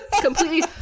completely